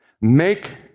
make